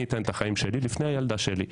אני אתן את החיים שלי בשביל הילדה שלי.